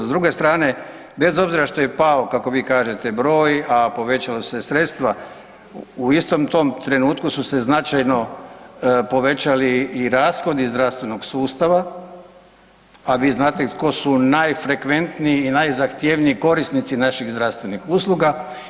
S druge strane bez obzira što je pao kako vi kažete broj, a povećala se sredstva u istom tom trenutku su se značajno povećali i rashodi zdravstvenog sustava, a vi znate tko su najfrekventniji i najzahtjevniji korisnici naših zdravstvenih usluga.